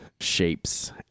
shapes